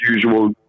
usual